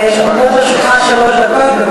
להוסיף איזו מילה, לזכותך שלוש דקות.